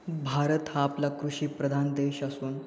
भारत हा आपला कृषीप्रधान देश असून